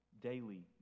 daily